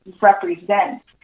represents